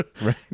Right